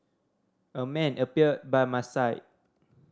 a man appeared by my side